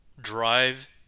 drive